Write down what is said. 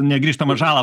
negrįžtamą žalą